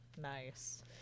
nice